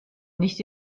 nicht